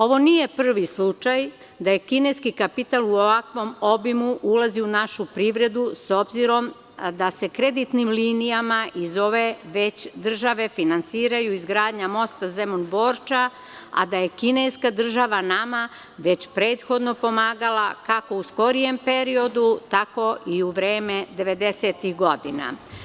Ovo nije prvi slučaj da kineski kapital u ovakvom obimu ulazi u našu privredu, s obzirom da se kreditnim linijama iz ove već države finansira izgradnja mosta Zemun-Borča, a da je kineska država nama već prethodno pomagala kako u skorijem periodu, tako i u vreme devedesetih godina.